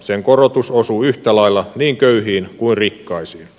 sen korotus osuu yhtä lailla niin köyhiin kuin rikkaisiin